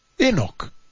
Enoch